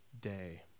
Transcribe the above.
day